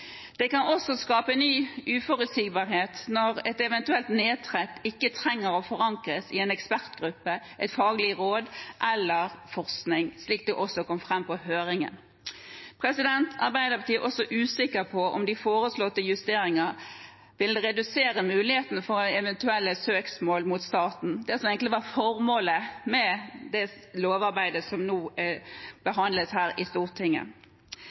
Det kan også skape ny uforutsigbarhet når et eventuelt nedtrekk ikke trenger å forankres i en ekspertgruppe, et faglig råd eller forskning, slik det også kom fram på høringen. Arbeiderpartiet er også usikker på om de foreslåtte justeringene vil redusere mulighetene for eventuelle søksmål mot staten – det som egentlig var formålet med det lovarbeidet som nå behandles her i Stortinget.